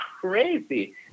crazy